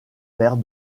perd